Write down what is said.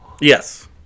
Yes